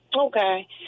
Okay